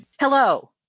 Hello